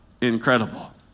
incredible